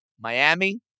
Miami